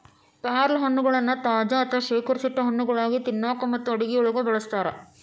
ಪ್ಯಾರಲಹಣ್ಣಗಳನ್ನ ತಾಜಾ ಅಥವಾ ಶೇಖರಿಸಿಟ್ಟ ಹಣ್ಣುಗಳಾಗಿ ತಿನ್ನಾಕ ಮತ್ತು ಅಡುಗೆಯೊಳಗ ಬಳಸ್ತಾರ